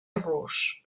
rus